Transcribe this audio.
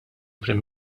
prim